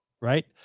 right